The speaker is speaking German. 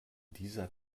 dieser